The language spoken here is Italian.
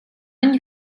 ogni